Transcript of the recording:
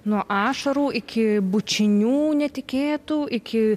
nuo ašarų iki bučinių netikėtų iki